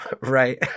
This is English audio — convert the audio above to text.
Right